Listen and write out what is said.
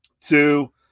two